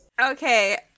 Okay